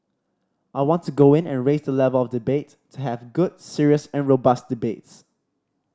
I want to go in and raise the level of debate to have good serious and robust debates